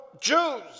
Jews